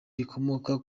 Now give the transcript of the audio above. rikomoka